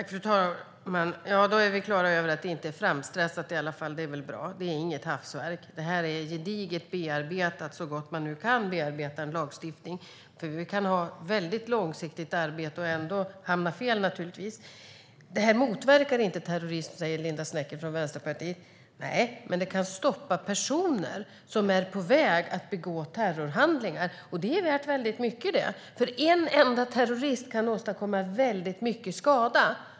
Fru talman! Då är vi i alla fall klara över att det inte är framstressat, och det är väl bra. Det är inget hafsverk utan gediget bearbetat, så gott man nu kan bearbeta en lagstiftning. Vi kan naturligtvis ha ett väldigt långsiktigt arbete och ändå hamna fel. Det här motverkar inte terrorism, säger Linda Snecker från Vänsterpartiet. Nej, men det kan stoppa personer som är på väg att begå terrorhandlingar, och det är värt väldigt mycket. En enda terrorist kan åstadkomma väldigt mycket skada.